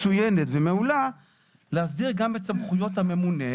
מצוינת ומעולה להסדיר גם את סמכויות הממונה,